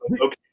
okay